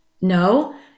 No